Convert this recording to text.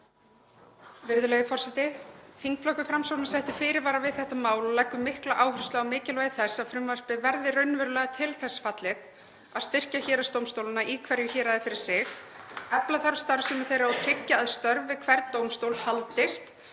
Virðulegi forseti. Þingflokkur Framsóknar setti fyrirvara við þetta mál og leggur mikla áherslu á mikilvægi þess að frumvarpið verði raunverulega til þess fallið að styrkja héraðsdómstólana í hverju héraði fyrir sig. Efla þarf starfsemi þeirra og tryggja að störf við hvern dómstól haldist